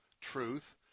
truth